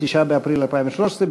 9 באפריל 2013,